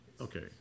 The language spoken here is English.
Okay